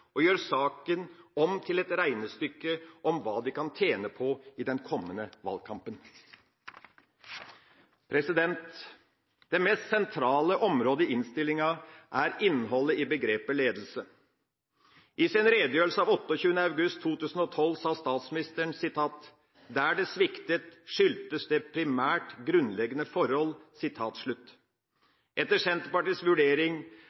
saken om til et regnestykke om hva de kan tjene på i den kommende valgkampen. Det mest sentrale området i innstillinga er innholdet i begrepet «ledelse». I sin redegjørelse av 28. august 2012 sa statsministeren: «Der det sviktet, skyldtes det primært grunnleggende forhold.» Etter Senterpartiets vurdering